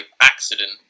accident